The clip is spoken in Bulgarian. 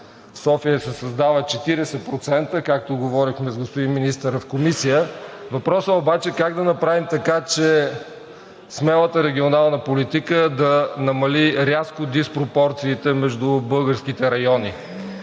В София се създава 40%, както говорихме с господин министъра в Комисията. Въпросът обаче е: как да направим така, че смелата регионална политика да намали рязко диспропорциите между българските райони?